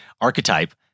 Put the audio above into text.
archetype